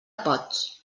pots